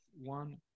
one